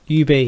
UB